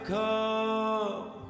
come